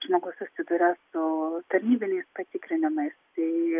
žmogus susiduria su tarnybiniais patikrinimais tai